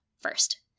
first